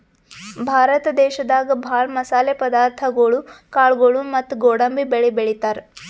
ಭಾರತ ದೇಶದಾಗ ಭಾಳ್ ಮಸಾಲೆ ಪದಾರ್ಥಗೊಳು ಕಾಳ್ಗೋಳು ಮತ್ತ್ ಗೋಡಂಬಿ ಬೆಳಿ ಬೆಳಿತಾರ್